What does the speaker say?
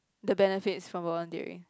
the benefits from volunteering